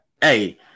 hey